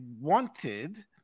wanted